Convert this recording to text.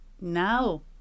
Now